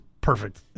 perfect